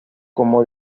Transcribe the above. como